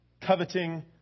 coveting